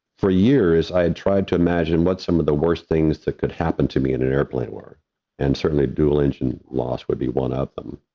for years, i had tried to imagine what some of the worst things that could happen to me in an airplane where and certainly dual engine loss would be one of them.